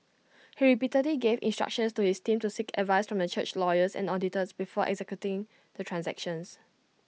he repeatedly gave instructions to his team to seek advice from the church's lawyers and auditors before executing the transactions